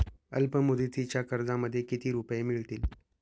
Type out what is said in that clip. अल्पमुदतीच्या कर्जामध्ये किती रुपये मिळतील?